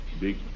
Big